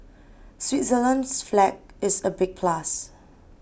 Switzerland's flag is a big plus